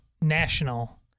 national